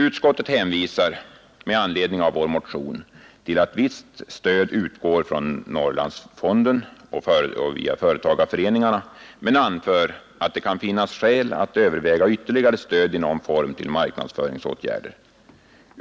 Utskottet hänvisar med anledning av vår motion till att visst stöd utgår via Norrlandsfonden och företagarföreningarna men anför att det kan finnas skäl att överväga ytterligare stöd i någon form till marknadsföringsåtgärder.